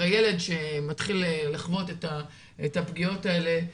הרי ילד שמתחיל לחוות את הפגיעות האלה,